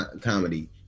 comedy